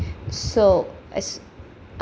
so as I